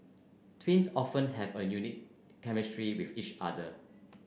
twins often have a unique chemistry with each other